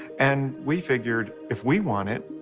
and we figured if we want it,